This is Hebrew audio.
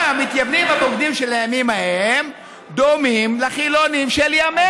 המתייוונים הבוגדים של הימים ההם דומים לחילונים של ימינו.